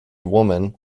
woman